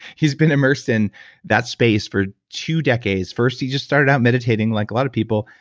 he's been immersed in that space for two decades. first, he just started out meditating like a lot of people,